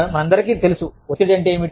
మనందరికీ తెలుసు ఒత్తిడి అంటే ఏమిటి